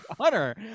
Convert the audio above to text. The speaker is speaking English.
hunter